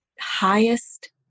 highest